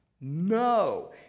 No